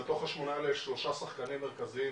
מתוך השמונה האלה יש שלושה שחקנים מרכזיים,